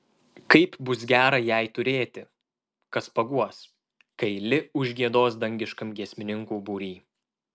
kaip bus gera jai turėti kas paguos kai li užgiedos dangiškam giesmininkų būry